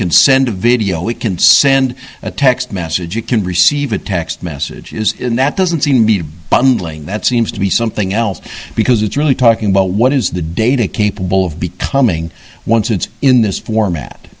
can send a video we can send a text message you can receive it text messages and that doesn't seem to be bundling that seems to be something else because it's really talking about what is the data capable of becoming once it's in this format